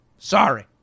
Sorry